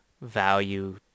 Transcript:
value